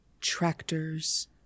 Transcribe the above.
tractors